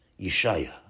Yeshaya